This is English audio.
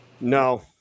No